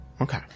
Okay